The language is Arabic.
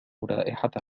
رائحة